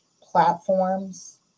platforms